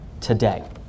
today